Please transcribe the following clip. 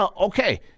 Okay